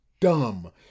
Dumb